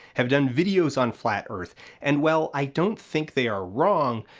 have done videos on flat earth and while i don't think they are wrong,